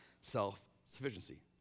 self-sufficiency